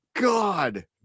God